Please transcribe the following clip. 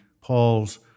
Paul's